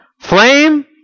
Flame